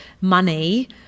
money